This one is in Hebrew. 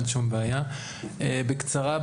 בקצרה,